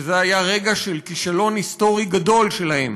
שזה היה רגע של כישלון היסטורי גדול שלהם,